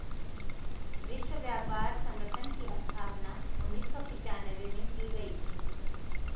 विश्व व्यापार संगठन की स्थापना उन्नीस सौ पिच्यानवे में की गई थी